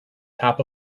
top